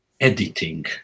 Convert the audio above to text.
editing